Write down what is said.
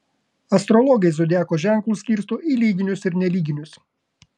astrologai zodiako ženklus skirsto į lyginius ir nelyginius